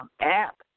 app